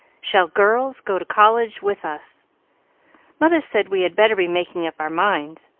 shall girls go to college with us mother said we had better be making up our minds,